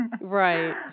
Right